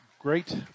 Great